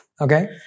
Okay